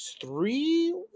three